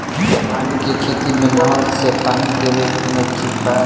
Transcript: आलू के खेती मे नहर से पानी देवे मे ठीक बा?